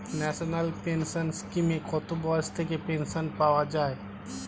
National pension স্কিমে কত বয়স থেকে পেনশন পাওয়া যায়?